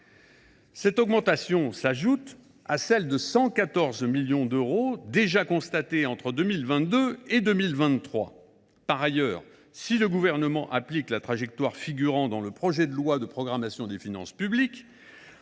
Cette augmentation s’ajoute à celle de 114 millions d’euros déjà constatée entre 2022 et 2023. Par ailleurs, si le Gouvernement applique la trajectoire figurant dans le projet de loi de programmation des finances publiques